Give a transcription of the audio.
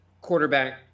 quarterback